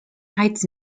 heights